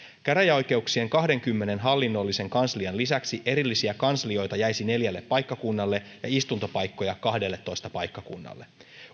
käräjäoikeuksien kahdenkymmenen hallinnollisen kanslian lisäksi erillisiä kanslioita jäisi neljälle paikkakunnalle ja istuntopaikkoja kahdelletoista paikkakunnalle